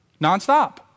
nonstop